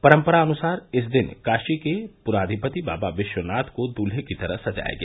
परंपरानुसार इस दिन काशी के पुराधिपति बाबा विश्वनाथ को दूल्हे की तरह सजाया गया